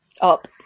up